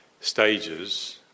stages